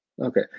Okay